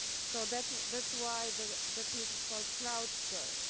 so that's that's why the the piece is called cloud square.